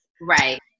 Right